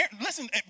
Listen